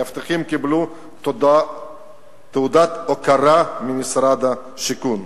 המאבטחים קיבלו תעודת הוקרה ממשרד השיכון.